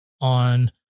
on